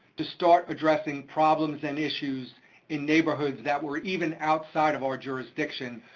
to start addressing problems and issues in neighborhoods that were even outside of our jurisdiction,